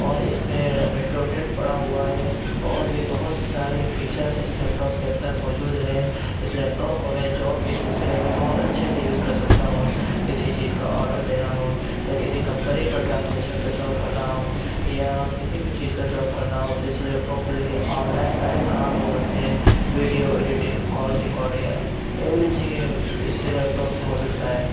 اور اِس میں ونڈو ٹین پڑا ہُوا ہے اور بھی بہت ساری فیچرس اِس لیپ ٹاپ کے اندر موجود ہے اِس لیپ ٹاپ کو میں جاب کے سلسلے میں بہت اچھے سے یوز کر سکتا ہوں کسی چیز کا آڈر دینا ہو یا کسی کمپنی میں ٹرانسلیشن کا جاب کرنا ہو یا کسی بھی چیز کا جاب کرنا ہو تو اِس لیپ ٹاپ کے ذریعے آن لائن سارے کام ہو سکتے ہیں video editing call recording everything اِس لیپ ٹاپ سے ہو سکتا ہے